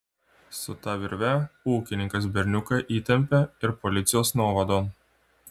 su ta virve ūkininkas berniuką įtempė ir policijos nuovadon